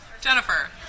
Jennifer